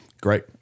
great